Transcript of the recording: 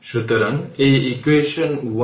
সুতরাং এটি হল ইকুয়েশন 10